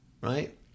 right